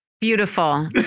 Beautiful